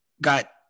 Got